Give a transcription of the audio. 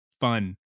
fun